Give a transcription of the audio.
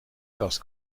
kast